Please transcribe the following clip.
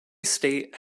state